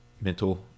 mental